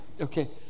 Okay